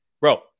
bro